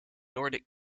nordic